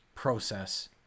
process